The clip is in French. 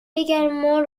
également